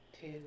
two